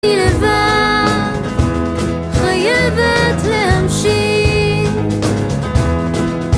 אני לבד, חייבת להמשיך